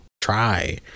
try